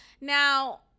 Now